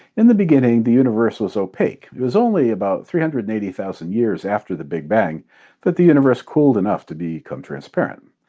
in the beginning, the universe was opaque. it was only about three hundred and eighty thousand years after the big bang that the universe cooled enough to become transparent.